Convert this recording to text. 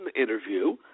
interview